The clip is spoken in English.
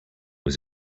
was